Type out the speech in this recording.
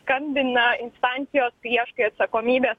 skambina instancijos ieškai atsakomybės